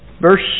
Verse